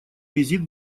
визит